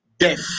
Death